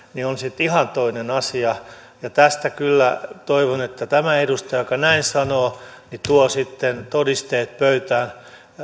on sitten ihan toinen asia ja tästä kyllä toivon että edustaja joka näin sanoo tuo sitten todisteet pöytään